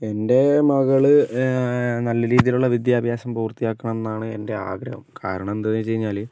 എൻ്റെ മകൾ നല്ല രീതിയിലുള്ള വിദ്യാഭ്യാസം പൂർത്തിയാക്കണമെന്നാണ് എൻ്റെ ആഗ്രഹം കാരണം എന്താണെന്ന് വെച്ചുകഴിഞ്ഞാൽ